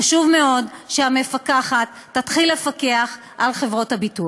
חשוב מאוד שהמפקחת תתחיל לפקח על חברות הביטוח.